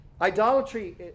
Idolatry